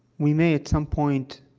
we may, at some point,